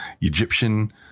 Egyptian